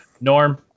Norm